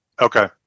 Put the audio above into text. okay